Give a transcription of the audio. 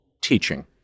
teaching